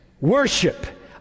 worship